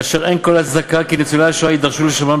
אשר אין כל הצדקה כי ניצולי השואה יידרשו לשלמו,